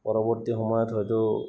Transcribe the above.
পৰৱৰ্তী সময়ত হয়তো